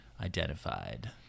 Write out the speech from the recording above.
identified